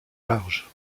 large